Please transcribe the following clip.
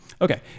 Okay